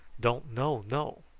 don't know know.